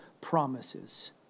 promises